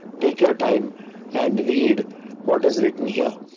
take your time and read what is written here.